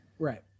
Right